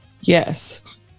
Yes